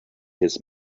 his